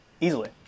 easily